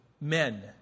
men